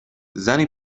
زنی